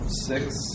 six